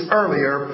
earlier